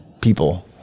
people